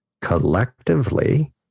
collectively